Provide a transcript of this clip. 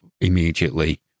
immediately